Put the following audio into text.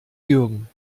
jürgen